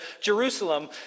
Jerusalem